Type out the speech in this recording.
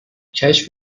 کشف